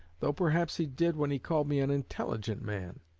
though perhaps he did when he called me an intelligent man.